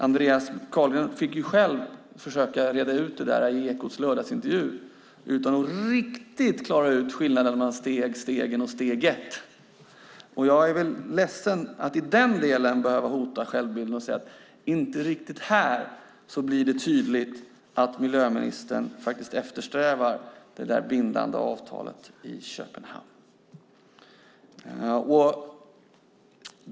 Andreas Carlgren fick själv försöka reda ut det där i Ekots lördagsintervju utan att riktigt klara ut skillnaden mellan steg, stegen och steget. Jag är ledsen att i den delen behöva hota självbilden och säga att det inte riktigt blir tydligt att miljöministern eftersträvar det där bindande avtalet i Köpenhamn.